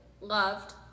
loved